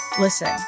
listen